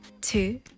two